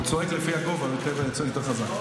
הוא צועק לפי הגובה, אבל אני צועק יותר חזק.